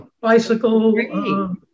bicycle